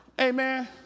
amen